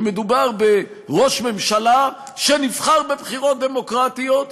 כשמדובר בראש ממשלה שנבחר בבחירות דמוקרטיות,